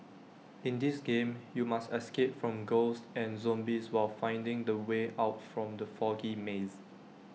in this game you must escape from ghosts and zombies while finding the way out from the foggy maze